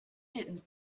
didn’t